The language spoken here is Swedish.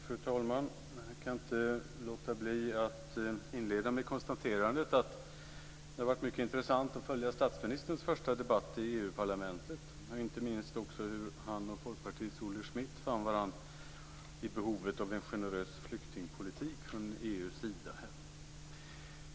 Fru talman! Jag kan inte låta bli att inleda med konstaterandet att det har varit mycket intressant att följa statsministerns första debatt i EU-parlamentet och inte minst också hur han och Folkpartiets Olle Schmidt fann varandra i behovet av en generös flyktingpolitik från EU:s sida.